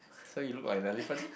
so you look like the elephant